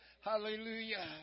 Hallelujah